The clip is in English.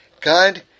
God